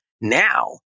Now